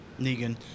Negan